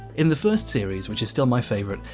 in the first series, which is still my favourite,